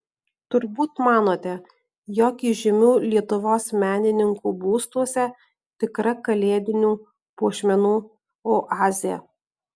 turbūt manote jog įžymių lietuvos menininkų būstuose tikra kalėdinių puošmenų oazė